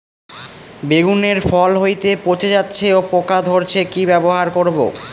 বেগুনের ফল হতেই পচে যাচ্ছে ও পোকা ধরছে কি ব্যবহার করব?